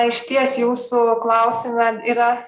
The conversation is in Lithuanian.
išties jūsų klausime yra